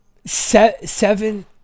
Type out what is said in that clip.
Seven